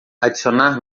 adicionar